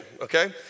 okay